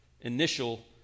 initial